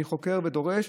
אני חוקר ודורש.